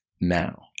now